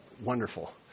wonderful